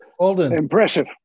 Impressive